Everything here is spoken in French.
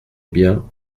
bien